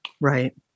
Right